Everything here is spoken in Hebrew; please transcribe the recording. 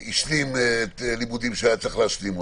השלימו את הלימודים שהם צריכים להשלים,